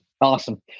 Awesome